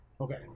okay